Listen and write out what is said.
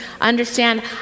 understand